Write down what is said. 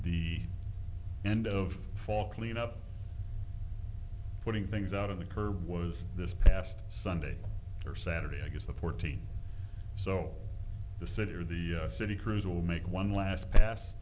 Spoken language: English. the end of fall cleanup putting things out on the curb was this past sunday or saturday i guess the fourteenth so the city or the city crews will make one last pas